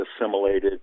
assimilated